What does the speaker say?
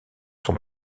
sont